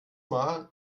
mal